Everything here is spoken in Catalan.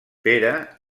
pere